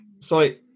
Sorry